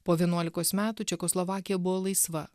po vienuolikos metų čekoslovakija buvo laisva